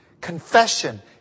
Confession